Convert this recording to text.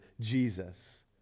Jesus